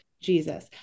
Jesus